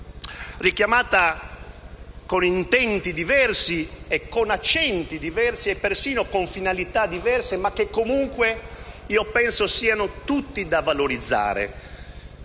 richiamata, con intenti e accenti diversi, e persino con finalità diverse - ma che comunque penso siano tutti da valorizzare